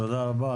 תודה רבה.